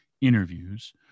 interviews